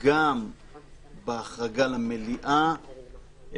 גם בהחרגה למליאה,